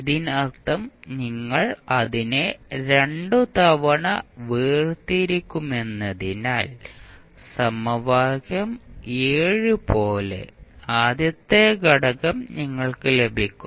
ഇതിനർത്ഥം നിങ്ങൾ അതിനെ രണ്ടുതവണ വേർതിരിക്കുമെന്നതിനാൽ സമവാക്യം പോലെ ആദ്യത്തെ ഘടകം നിങ്ങൾക്ക് ലഭിക്കും